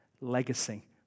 Legacy